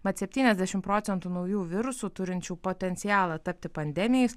mat septyniasdešimt procentų naujų virusų turinčių potencialą tapti pandeminiais